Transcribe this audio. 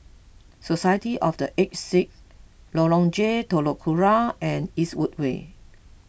society of the Aged Sick Lorong J Telok Kurau and Eastwood Way